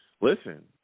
Listen